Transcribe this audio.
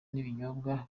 n’ibinyobwa